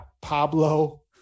Pablo